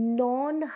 non